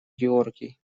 георгий